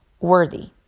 worthy